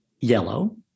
yellow